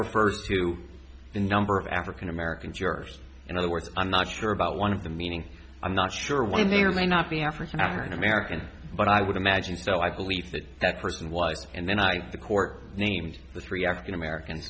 refer to the number of african american jurors in other words i'm not sure about one of them meaning i'm not sure what i may or may not be african african american but i would imagine so i believe that that person was and then i the court named the three african american